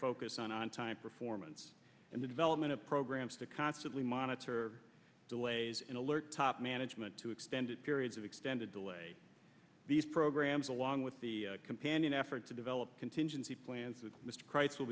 focus on on time performance and the development of programs to constantly monitor delays in alert top management to extended periods of extended delay these programs along with the companion effort to develop contingency plans that mr crisis will